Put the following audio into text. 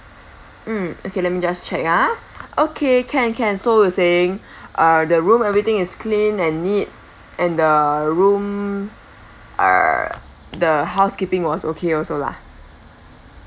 okay let me just check ah okay can can so you were saying err the room everything is clean and neat and the room err the housekeeping was okay also lah